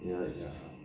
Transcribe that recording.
ya ya